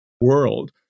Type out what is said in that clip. world